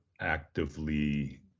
actively